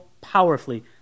powerfully